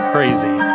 Crazy